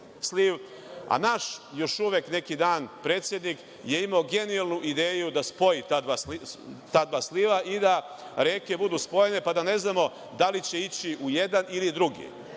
a naš još uvek neki dan predsednik je imao genijalnu ideju da spoji ta dva sliva i da reke budu spojene, pa da ne znamo da li će ići u jedan ili drugi